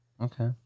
Okay